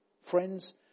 Friends